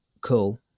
Cool